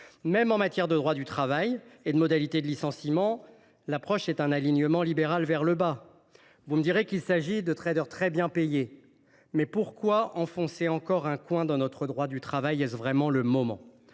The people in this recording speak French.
Même en matière de droit du travail et de modalités de licenciement, votre approche est un alignement libéral vers le bas, monsieur le ministre. Vous me direz qu’il s’agit de traders très bien payés, mais pourquoi enfoncer encore un coin dans notre droit du travail ? Est ce vraiment le moment ?